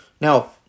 Now